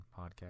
podcast